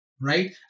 right